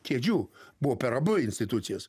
kėdžių buvo per abu institucijas